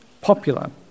popular